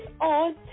on